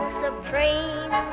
supreme